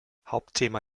hauptthema